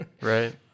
Right